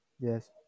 Yes